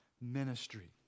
ministry